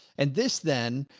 and this then.